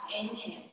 Inhale